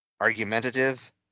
argumentative